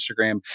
Instagram